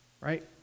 right